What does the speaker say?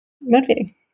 motivating